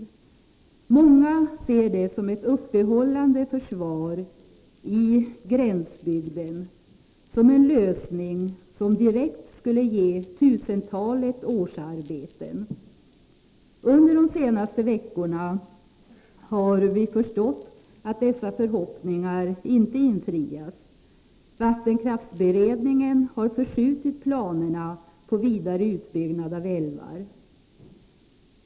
Många ser det som ett uppehållande försvar i gränsbygden, som en lösning som direkt skulle ge tusentalet årsarbeten. Under de senaste veckorna har vi förstått att dessa förhoppningar inte kommer att infrias. Vattenkraftsberedningen har förskjutit planerna på vidare utbyggnad av älvar.